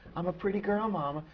i'm a pretty girl, mama!